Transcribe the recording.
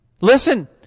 Listen